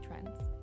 trends